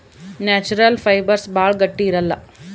natural fibres ಭಾಳ ಗಟ್ಟಿ ಇರಲ್ಲ